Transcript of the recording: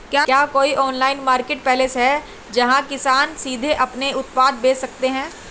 क्या कोई online marketplace है जहां किसान सीधे अपने उत्पाद बेच सकते हैं?